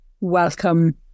welcome